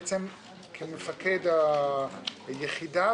הוא כיהן כמפקד היחידה.